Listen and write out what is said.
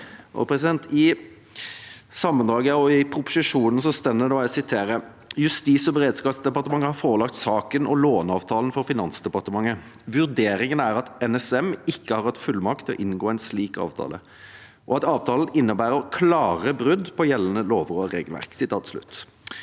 i proposisjonen står det, og jeg siterer: «Justis- og beredskapsdepartementet har forelagt saken og låneavtalen for Finansdepartementet. Vurderingen er at NSM ikke har hatt fullmakt til å inngå en slik avtale, og at avtalen innebærer klare brudd på gjeldende lover og regelverk.»